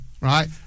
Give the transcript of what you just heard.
right